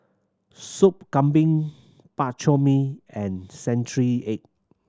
Soup Kambing Bak Chor Mee and century egg